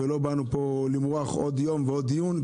ולא באנו פה למרוח עוד יום ועוד דיון,